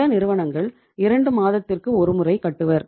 சில நிறுவனங்கள் இரண்டு மாதத்திற்கு ஒரு முறை கட்டுவர்